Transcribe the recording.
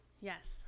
Yes